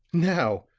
now,